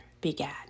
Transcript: began